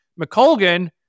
McColgan